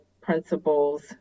principles